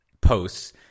posts